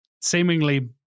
seemingly